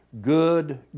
good